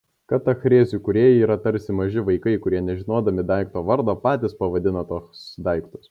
katachrezių kūrėjai yra tarsi maži vaikai kurie nežinodami daikto vardo patys pavadina tuos daiktus